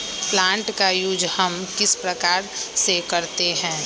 Plant का use हम किस प्रकार से करते हैं?